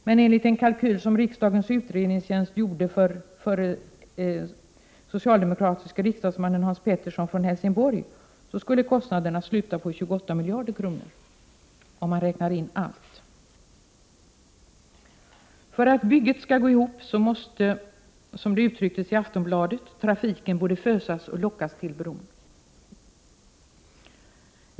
Men enligt en kalkyl som riksdagens utredningstjänst gjorde för den socialdemokratiske riksdagsmannen Hans Pettersson från Helsingborg skulle kostnaderna, om man räknar in allt, sluta på 28 miljarder kronor. För att bygget skall gå ihop, måste, som det uttrycktes i Aftonbladet, trafiken både fösas och lockas till bron.